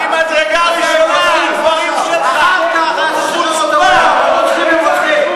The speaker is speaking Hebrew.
אחר כך, זו חוצפה ממדרגה ראשונה.